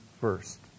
first